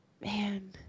Man